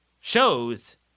shows